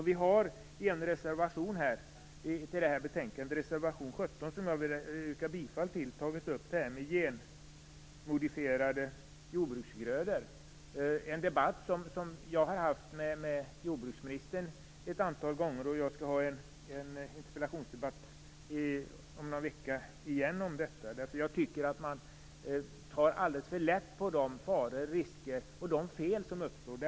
I vår reservation nr 17, som jag vill yrka bifall till, har vi tagit upp genmodifierade jordbruksgrödor. Jag har debatterat med jordbruksministern om det ett antal gånger, och om någon vecka deltar jag i en interpellationsdebatt om detta. Man tar alldeles för lätt på de faror, risker och fel som uppstår.